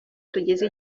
tugize